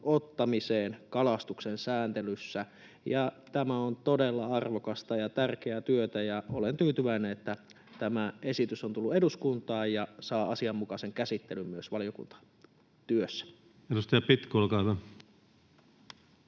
ottamiseen kalastuksen sääntelyssä. Tämä on todella arvokasta ja tärkeää työtä, ja olen tyytyväinen, että tämä esitys on tullut eduskuntaan ja saa asianmukaisen käsittelyn myös valiokuntatyössä. Edustaja Pitko,